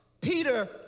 Peter